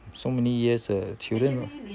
so many years the children